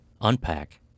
unpack